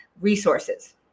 resources